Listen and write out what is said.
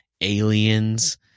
Aliens